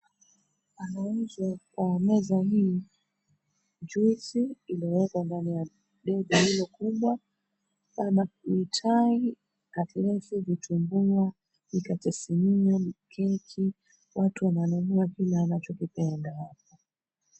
Panauzwa kwa meza hii juisi iliyowekwa ndani ya begi lililo kubwa pana mitai, katenesi, vitumbua, mikate sinia, keki, watu wananunua kile wanachokipenda hapo.